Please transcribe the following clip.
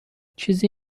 چیزی